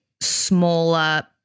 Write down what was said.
smaller